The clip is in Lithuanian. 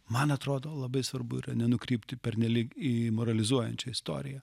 man atrodo labai svarbu yra nenukrypti pernelyg į moralizuojančią istoriją